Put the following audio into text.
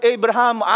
Abraham